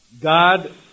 God